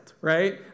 right